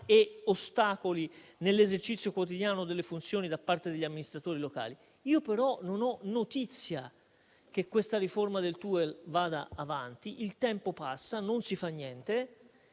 e ostacoli nell'esercizio quotidiano delle funzioni da parte degli amministratori locali. Io però non ho notizia che la riforma del TUEL vada avanti. Il tempo passa e non si fa niente